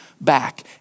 back